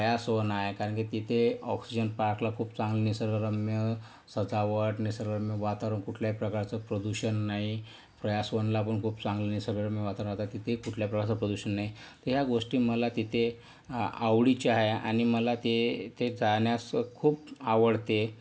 प्रयास वन आहे कारण की तिथे ऑक्सिजन पार्कला खूप चांगली निसर्गरम्य सजावट निसर्गरम्य वातावरण कुठल्याही प्रकारचं प्रदूषण नाही प्रयास वनला पण खूप चांगली निसर्गरम्य वातावरण तिथेही कुठल्याही प्रकारचं प्रदूषण नाही या गोष्टी मला तिथे आवडीच्या आहे आणि मला तेथे जाण्यास खूप आवडते